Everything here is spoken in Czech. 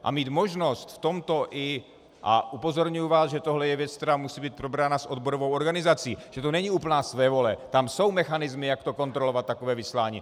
A mít možnost v tomto a upozorňuji vás, že tohle je věc, která musí být probrána s odborovou organizací, že to není úplná svévole, tam jsou mechanismy, jak kontrolovat takové vyslání.